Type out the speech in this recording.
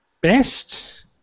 best